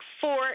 four